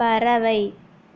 பறவை